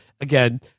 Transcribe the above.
Again